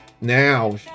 now